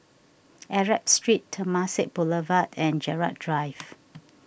Arab Street Temasek Boulevard and Gerald Drive